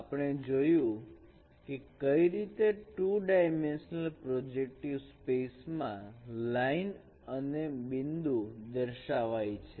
આપણે જોયું કે કઈ રીતે 2 ડાયમેન્શનલ પ્રોજેક્ટિવ સ્પેસ માં લાઈન અને બિંદુ દર્શાવાય છે